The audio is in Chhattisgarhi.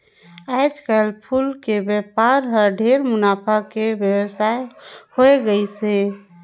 आयज कायल फूल के बेपार हर ढेरे मुनाफा के बेवसाय होवे गईस हे